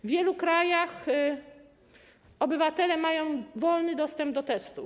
W wielu krajach obywatele mają wolny dostęp do testów.